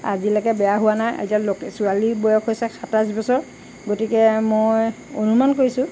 আজিলৈকে বেয়া হোৱা নাই এতিয়া ছোৱালীৰ বয়স হৈছে সাতাইছ বছৰ গতিকে মই অনুমান কৰিছোঁ